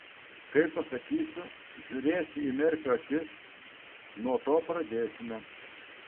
kai pasakysiu žiūrėsi į merfio akis nuo to pradėsime